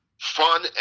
fun